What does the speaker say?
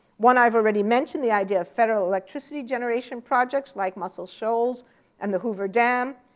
one i've already mentioned, the idea of federal electricity generation projects like muscle shoals and the hoover dam.